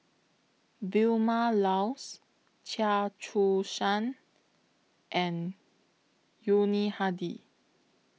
Vilma Laus Chia Choo Suan and Yuni Hadi